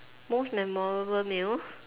most memorable meal